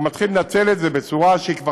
והוא מתחיל לנצל את זה בצורה שהיא כבר